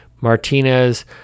Martinez